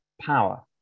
power